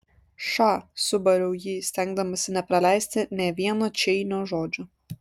ša subariau jį stengdamasi nepraleisti nė vieno čeinio žodžio